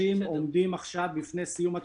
(א)סעיף 39(א)(1) לעניין תקופת 90 הימים הקבועה בו.